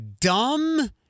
dumb